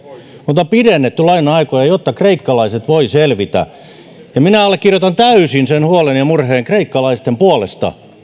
mutta on pidennetty laina aikoja jotta kreikkalaiset voivat selvitä minä allekirjoitan täysin sen huolen ja murheen kreikkalaisten puolesta